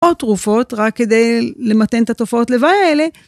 או תרופות, רק כדי למתן את התופעות לוואי האלה...